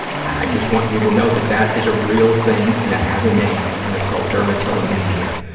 i just want you to know that that is a real thing and it has a name and it's called dermatillomania,